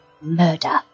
murder